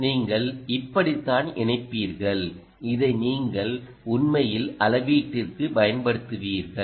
நீங்கள் இப்படித்தான் இணைப்பீர்கள் இதை நீங்கள் உண்மையில் அளவீட்டிற்குப் பயன்படுத்துவீர்கள்